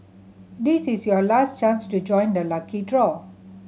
this is your last chance to join the lucky draw